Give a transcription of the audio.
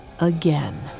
again